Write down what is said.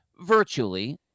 virtually